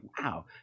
wow